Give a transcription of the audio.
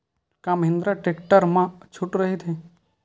का महिंद्रा टेक्टर मा छुट राइथे?